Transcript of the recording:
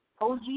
Og